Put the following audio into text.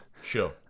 Sure